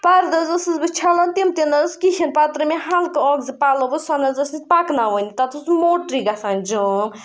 پَردٕ حظ ٲسٕس بہٕ چھَلان تِم تہِ نہ حظ کِہیٖنۍ پَتہٕ ترٛٲوۍ مےٚ ہَلکہٕ اَکھ زٕ پَلو حظ سۄ نہٕ حظ ٲسۍ نہٕ پَکناوٲنۍ تَتھ حظ اوس موٹرٕے گژھان جام